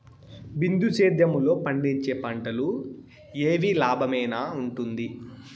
బిందు సేద్యము లో పండించే పంటలు ఏవి లాభమేనా వుంటుంది?